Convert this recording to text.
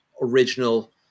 original